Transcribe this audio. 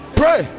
pray